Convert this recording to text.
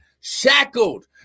shackled